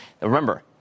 Remember